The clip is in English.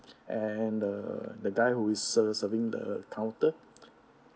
and the the guy who is ser~ serving the counter